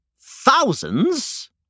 thousands